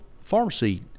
pharmacy